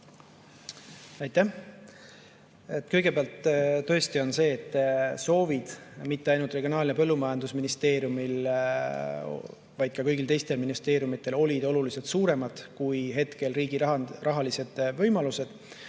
Aitäh! Kõigepealt, tõesti oli nii, et mitte ainult Regionaal- ja Põllumajandusministeeriumi, vaid ka kõigi teiste ministeeriumide soovid olid oluliselt suuremad kui hetkel riigi rahalised võimalused.